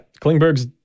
Klingberg's